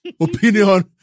opinion